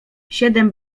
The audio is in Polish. siedem